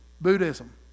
Buddhism